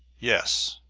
yes.